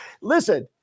Listen